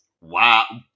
Wow